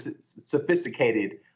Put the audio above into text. sophisticated